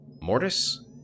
mortis